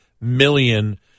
million